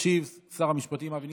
ישיב שר המשפטים אבי ניסנקורן.